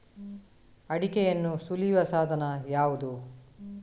ಅಡಿಕೆಯನ್ನು ಸುಲಿಯುವ ಸಾಧನ ಯಾವುದು?